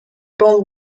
bande